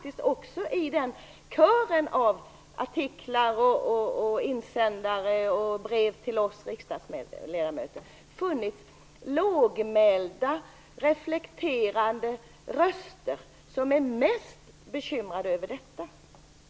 I kören av artiklar, insändare och brev till oss riksdagsledamöter har det faktiskt också funnits lågmälda, reflekterande röster som är mest bekymrade över just detta.